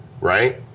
right